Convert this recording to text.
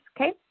Okay